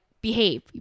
behave